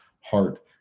heart